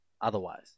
otherwise